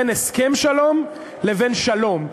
בין הסכם שלום לבין שלום,